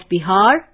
Bihar